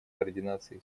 координации